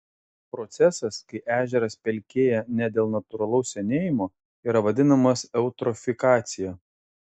procesas kai ežeras pelkėja ne dėl natūralaus senėjimo yra vadinamas eutrofikacija